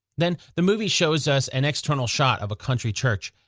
then the movie shows us an external shot of a country church.